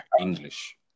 English